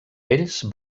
ells